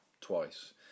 twice